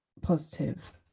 Positive